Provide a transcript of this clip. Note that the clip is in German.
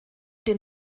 den